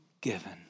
given